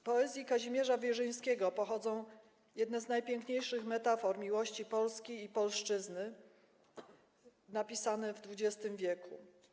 Z poezji Kazimierza Wierzyńskiego pochodzą jedne z najpiękniejszych metafor miłości Polski i polszczyzny napisane w XX w.